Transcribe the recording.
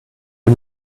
you